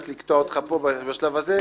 רק לקטוע אותך פה בשלב הזה,